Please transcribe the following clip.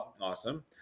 Awesome